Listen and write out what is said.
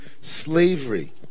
slavery